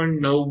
9 14